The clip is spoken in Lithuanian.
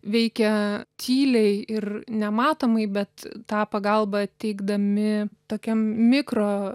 veikia tyliai ir nematomai bet tą pagalbą teikdami tokiam mikro